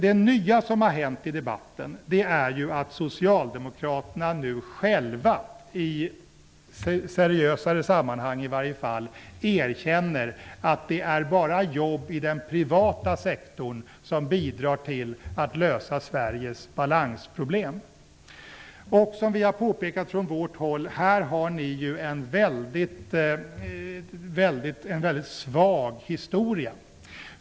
Det nya som har hänt i debatten är att Socialdemokraterna nu själva, i alla fall i seriösare sammanhang, erkänner att det bara är jobb i den privata sektorn som bidrar till att lösa Sveriges balansproblem. Här har vi påpekat att ni har en mycket svag historia när det gäller detta.